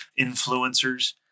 influencers